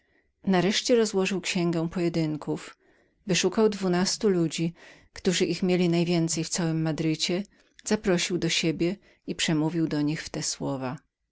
nareszcie rozłożył księgę pojedynków wyszukał dwunastu ludzi którzy ich mieli najwięcej w całym madrycie zaprosił do siebie i przemówił do nich w te słowa